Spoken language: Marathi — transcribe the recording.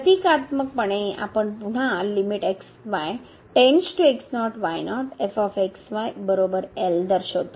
प्रतिकात्मकपणे आपण पुन्हा दर्शवितो